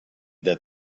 that